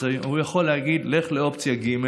הוא יכול להגיד: לך לאופציה ג',